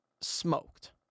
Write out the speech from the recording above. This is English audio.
smoked